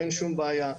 ואין שום בעיה.